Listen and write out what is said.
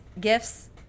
gifts